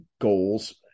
goals